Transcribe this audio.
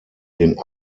den